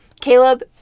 Caleb